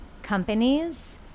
Companies